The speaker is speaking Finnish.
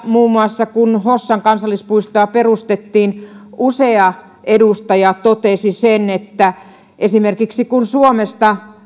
muun muassa hossan kansallispuistoa perustettiin täällä usea edustaja totesi sen että esimerkiksi kun